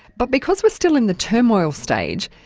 but because we're still in the turmoil stage,